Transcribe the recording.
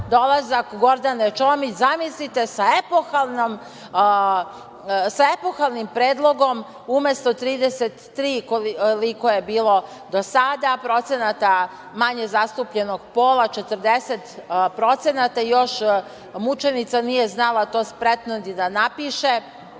dolazak Gordane Čomić, zamislite, sa epohalnim predlogom, umesto 33 koliko je bilo do sada procenata manje zastupljenog pola, 40% i još mučenica nije znala to spretno ni da napiše,